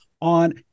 on